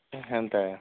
ଏମିତି